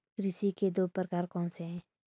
कृषि के दो प्रकार कौन से हैं?